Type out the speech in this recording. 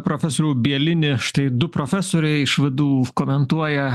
profesorių bielini štai du profesoriai iš vdu komentuoja